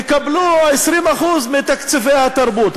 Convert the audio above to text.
יקבלו 20% מתקציבי התרבות.